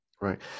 Right